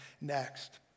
next